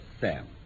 Sam